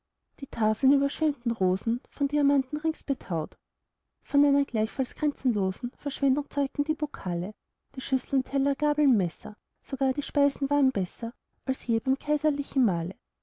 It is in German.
die tafel überschwemmten rosen von diamanten rings betaut von einer gleichfalls grenzenlosen verschwendung zeugten die pokale die schüsseln teller gabeln messer sogar die speisen waren besser als je beim kaiserlichen mahle